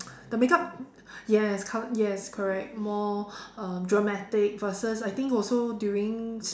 the makeup yes yes correct more uh dramatic versus I think also during